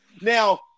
now